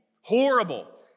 horrible